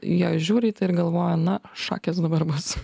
jie žiūri į tai ir galvoja na šakės dabar bus